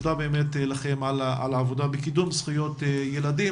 תודה על העבודה בקידום זכויות ילדים.